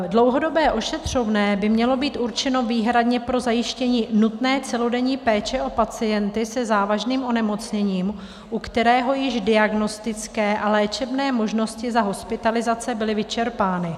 Dlouhodobé ošetřovné by mělo být určeno výhradně pro zajištění nutné celodenní péče o pacienty se závažným onemocněním, u kterého již diagnostické a léčebné možnosti za hospitalizace již byly vyčerpány.